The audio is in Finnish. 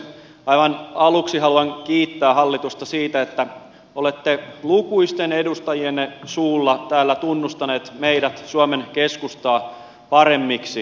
aivan aluksi haluan kiittää hallitusta siitä että olette lukuisten edustajienne suulla täällä tunnustaneet meidät suomen keskustaa paremmiksi